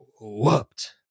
whooped